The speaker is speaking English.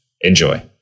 Enjoy